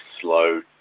slow